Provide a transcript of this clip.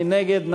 מי נגד?